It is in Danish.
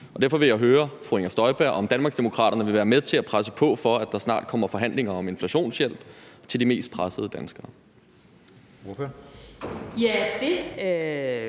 Inger Støjberg, om Danmarksdemokraterne vil være med til at presse på for, at der snart kommer forhandlinger om inflationshjælp til de mest pressede danskere.